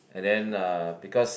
and then uh because